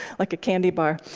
like a candy bar.